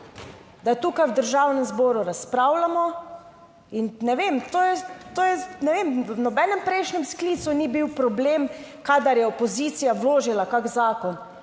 da tukaj v Državnem zboru razpravljamo in ne vem, to je, to je, ne vem, v nobenem prejšnjem sklicu ni bil problem, kadar je opozicija vložila kak zakon,